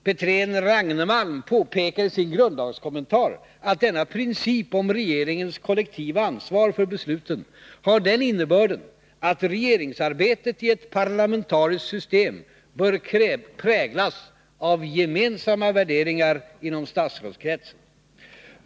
Petrén-Ragnemalm påpekar i sin grundlagskommentar att denna princip om regeringens kollektiva ansvar för besluten har den innebörden att regeringsarbetet i ett parlamentariskt system bör präglas av gemensamma värderingar inom statsrådskretsen.